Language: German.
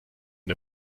der